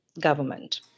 government